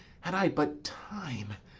had i but time